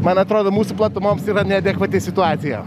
man atrodo mūsų platumoms yra neadekvati situacija